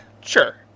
Sure